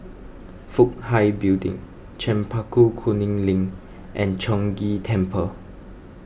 Fook Hai Building Chempaka Kuning Link and Chong Ghee Temple